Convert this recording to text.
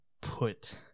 put